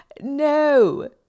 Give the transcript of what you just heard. No